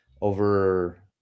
over